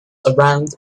around